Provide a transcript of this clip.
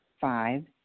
Five